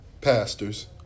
pastors